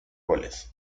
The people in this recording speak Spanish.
goles